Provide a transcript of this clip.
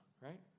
right